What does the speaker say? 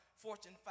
Fortune